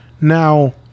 Now